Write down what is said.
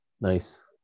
Nice